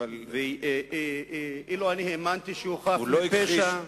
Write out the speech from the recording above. אילו האמנתי שהוא חף מפשע,